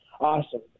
awesome